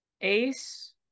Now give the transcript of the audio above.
ace